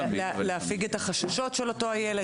להפיג את החששות של אותו הילד?